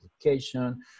application